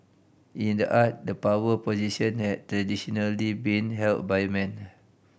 in the art the power position have traditionally been held by men